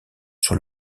sur